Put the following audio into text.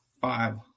five